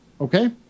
okay